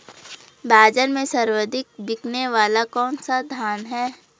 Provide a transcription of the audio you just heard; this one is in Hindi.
बाज़ार में सर्वाधिक बिकने वाला कौनसा धान है?